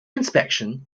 inspection